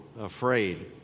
afraid